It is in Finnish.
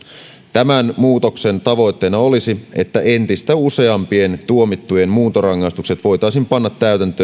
tämän muutoksen tavoitteena olisi että entistä useampien tuomittujen muuntorangaistukset voitaisiin panna täytäntöön